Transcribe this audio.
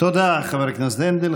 תודה, חבר הכנסת הנדל.